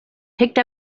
picked